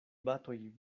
batoj